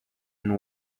and